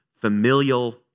familial